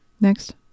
Next